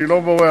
אני לא בורח,